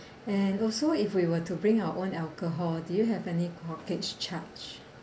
and also if we were to bring our own alcohol do you have any corkage charge